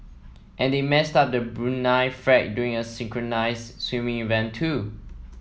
and they messed up the Brunei flag during a synchronised swimming event too